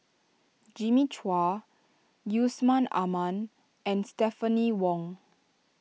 Jimmy Chua Yusman Aman and Stephanie Wong